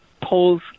polls